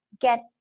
get